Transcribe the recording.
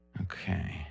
Okay